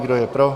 Kdo je pro?